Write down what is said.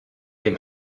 dem